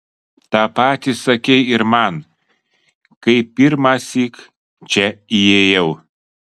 tą patį sakei ir man kai pirmąsyk čia įėjau